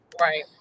Right